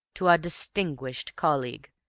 to our distinguished colleague,